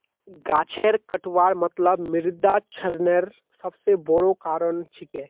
गाछेर कटवार मतलब मृदा क्षरनेर सबस बोरो कारण छिके